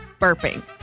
burping